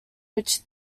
which